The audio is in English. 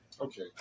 Okay